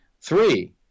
three